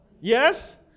yes